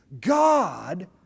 God